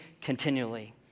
continually